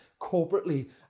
corporately